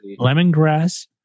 lemongrass